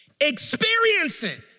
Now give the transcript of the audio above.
experiencing